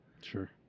Sure